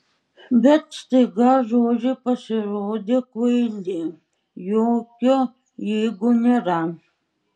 bet staiga žodžiai pasirodė kvaili jokio jeigu nėra